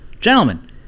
Gentlemen